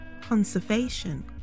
conservation